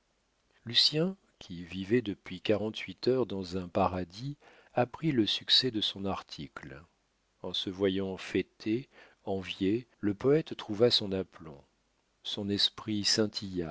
lorettes lucien qui vivait depuis quarante-huit heures dans un paradis apprit le succès de son article en se voyant fêté envié le poète trouva son aplomb son esprit scintilla